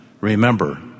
Remember